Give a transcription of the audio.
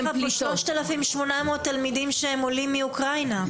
3,800 תלמידים שהם עולים מאוקראינה.